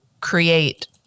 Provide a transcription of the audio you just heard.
create